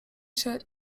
się